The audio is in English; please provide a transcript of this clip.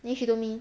then she told me